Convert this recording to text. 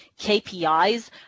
KPIs